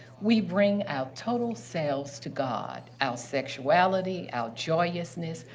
we bring our total selves to god our sexuality, our joyousness,